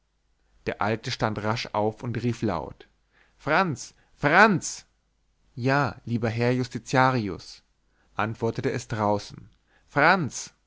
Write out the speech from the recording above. der alte stand rasch auf und rief laut franz franz ja lieber herr justitiarius antwortete es draußen franz